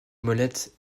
molettes